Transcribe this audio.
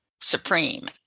supreme